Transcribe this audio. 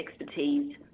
expertise